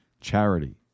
charity